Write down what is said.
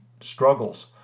struggles